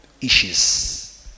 issues